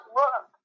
look